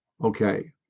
Okay